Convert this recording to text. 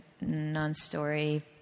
non-story